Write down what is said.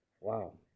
wow